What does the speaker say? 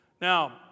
Now